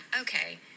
Okay